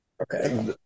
Okay